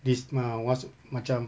this ma~ was macam